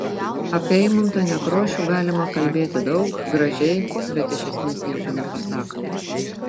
apie eimuntą nekrošių galima kalbėti daug gražiai bet iš esmės nieko nepasakant